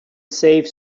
save